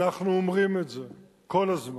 אנחנו אומרים את זה כל הזמן.